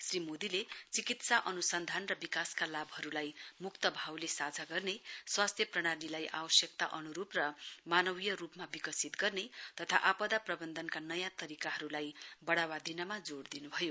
श्री मोदीले चितित्सा अनुसन्धान र विकासका लाभहरुलाई मुक्त भावले साझा गर्ने स्वास्थ्य प्रणालीलाई आवश्यकता अनुरुप र मानवीय रुपमा विकसित गर्ने तथा आपदा प्रवन्धनका नयाँ तरीकाहरुलाई वढ़ावा दिनमा जोड़ दिनुभयो